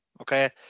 okay